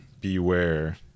beware